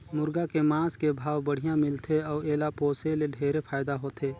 मुरगा के मांस के भाव बड़िहा मिलथे अउ एला पोसे ले ढेरे फायदा होथे